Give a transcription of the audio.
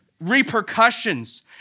repercussions